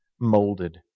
molded